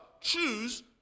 choose